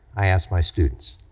i ask my students.